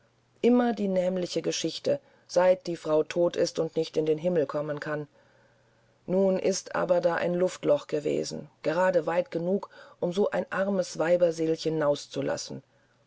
immer die nämliche geschichte seit die frau tot ist und nicht in den himmel kommen kann nun ist aber da ein luftloch gewesen gerade weit genug um so ein armes weiberseelchen